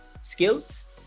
skills